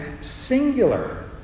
singular